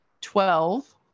twelve